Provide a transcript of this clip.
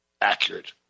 accurate